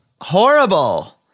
Horrible